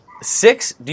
six